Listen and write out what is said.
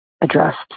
addressed